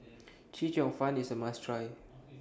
Chee Cheong Fun IS A must Try